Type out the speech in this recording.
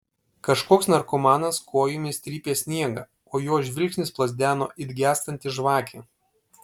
kažkoks narkomanas kojomis trypė sniegą o jo žvilgsnis plazdeno it gęstanti žvakė